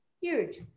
Huge